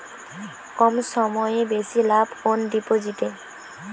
কম সময়ে বেশি লাভ কোন ডিপোজিটে?